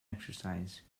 exercise